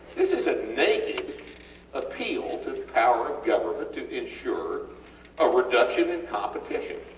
this is a naked appeal to the power of government to ensure a reduction in competition.